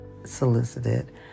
Solicited